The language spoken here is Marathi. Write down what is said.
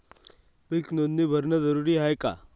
पीक नोंदनी भरनं जरूरी हाये का?